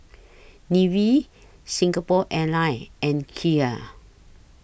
Nivea Singapore Airlines and Kia